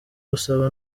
gusaba